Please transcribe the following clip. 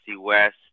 west